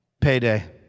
Payday